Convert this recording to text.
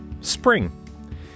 spring